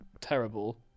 terrible